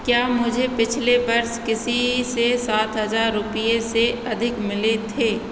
क्या मुझे पिछले वर्ष किसी से सात हजार रुपये से अधिक मिले थे